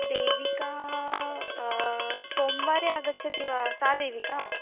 देविका सोमवासरे आगच्छति वा सा देविका